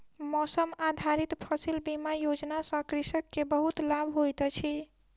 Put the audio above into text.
मौसम आधारित फसिल बीमा योजना सॅ कृषक के बहुत लाभ होइत अछि